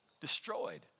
Destroyed